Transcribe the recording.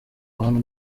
abantu